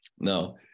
No